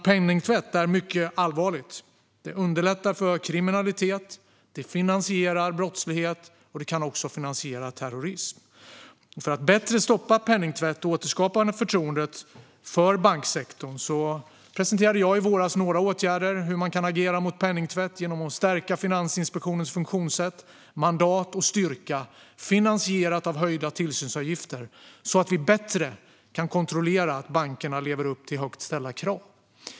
Penningtvätt är mycket allvarligt. Det underlättar kriminalitet och finansierar brottslighet. Det kan också finansiera terrorism. För att bättre kunna stoppa penningtvätt och återskapa förtroendet för banksektorn presenterade jag i våras några förslag om hur man kan agera mot penningtvätt genom att stärka Finansinspektionens funktionssätt, mandat och styrka, finansierat av höjda tillsynsavgifter, så att vi bättre kan kontrollera att bankerna lever upp till högt ställda krav.